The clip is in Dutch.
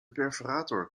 perforator